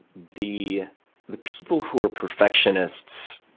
the the people who are perfectionists